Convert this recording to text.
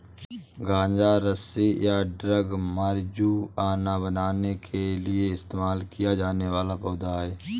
गांजा रस्सी या ड्रग मारिजुआना बनाने के लिए इस्तेमाल किया जाने वाला पौधा है